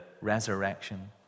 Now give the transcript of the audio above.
resurrection